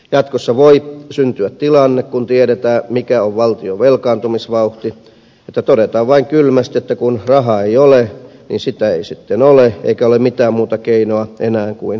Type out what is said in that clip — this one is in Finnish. jatkossa voi syntyä tilanne kun tiedetään mikä on valtion velkaantumisvauhti että todetaan vain kylmästi että kun rahaa ei ole niin sitä ei sitten ole eikä ole enää mitään muuta keinoa kuin karsia palveluita